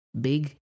big